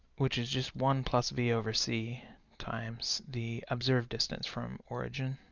which is just one plus v over c times the observed distance from origin.